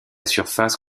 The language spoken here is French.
surface